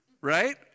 right